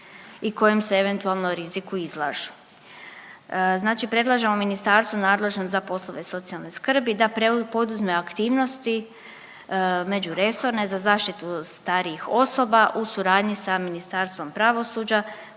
i kojem se eventualno riziku izlažu. Znači predlažemo ministarstvu nadležnom za poslove socijalne skrbi da poduzme aktivnosti međuresorne za zaštitu starijih osoba u suradnji sa Ministarstvom pravosuđa